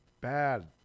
bad